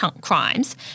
Crimes